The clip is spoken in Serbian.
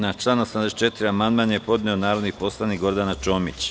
Na član 84. amandman je podnela narodni poslanik Gordana Čomić.